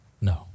No